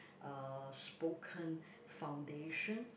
uh spoken foundation